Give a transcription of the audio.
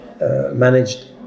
managed